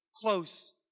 close